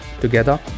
together